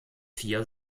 vier